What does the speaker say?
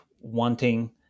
wanting